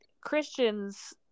Christians